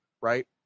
right